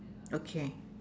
okay